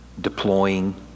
Deploying